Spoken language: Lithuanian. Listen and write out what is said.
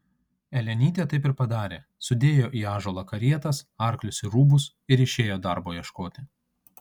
elenytė taip ir padarė sudėjo į ąžuolą karietas arklius ir rūbus ir išėjo darbo ieškoti